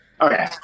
Okay